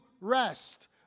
Rest